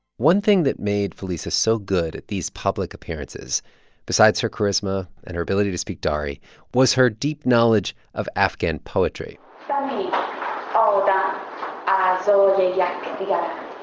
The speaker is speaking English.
one thing that made felisa so good at these public appearances besides her charisma and her ability to speak dari was her deep knowledge of afghan poetry um so yeah yeah